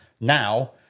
now